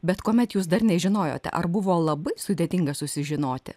bet kuomet jūs dar nežinojote ar buvo labai sudėtinga susižinoti